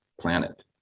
planet